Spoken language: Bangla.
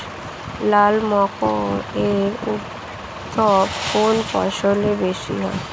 লাল মাকড় এর উপদ্রব কোন ফসলে বেশি হয়?